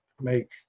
make